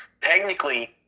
technically